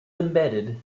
embedded